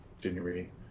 January